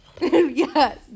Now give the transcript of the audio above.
Yes